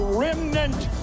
remnant